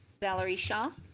valerie shaw.